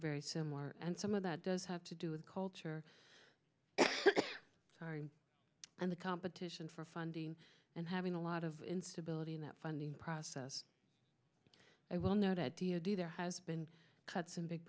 very similar and some of that does have to do with culture and the competition for funding and having a lot of instability in that funding process i well know that deity there has been cut some big